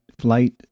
flight